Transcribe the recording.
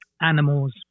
animals